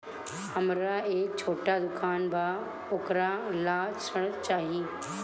हमरा एक छोटा दुकान बा वोकरा ला ऋण चाही?